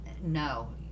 No